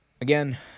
Again